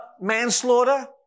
manslaughter